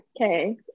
okay